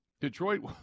Detroit